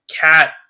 cat